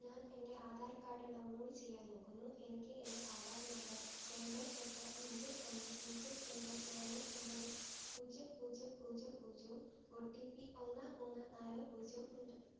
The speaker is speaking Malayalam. ഞാൻ എന്റെ ആധാർ കാർഡ് ഡൗൺലോഡ് ചെയ്യാൻ നോക്കുന്നു എനിക്ക് എന്റെ ആധാർ നമ്പർ രണ്ട് എട്ട് അഞ്ച് ഒന്ന് പൂജ്യം ഏഴ് നാല് ഒമ്പത് പൂജ്യം പൂജ്യം പൂജ്യം പൂജ്യവും ഒ ടി പി ഒന്ന് മൂന്ന് നാല് പൂജ്യവും ഉണ്ട്